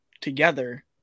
together